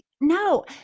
no